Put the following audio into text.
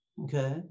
Okay